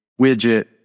widget